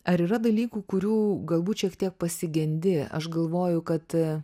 ar yra dalykų kurių galbūt šiek tiek pasigendi aš galvoju kad